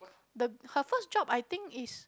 the her first job I think is